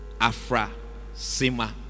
Afrasima